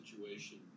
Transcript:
situation